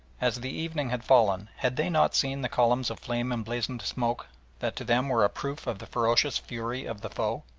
as the evening had fallen had they not seen the columns of flame-emblazoned smoke that to them were a proof of the ferocious fury of the foe?